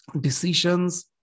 decisions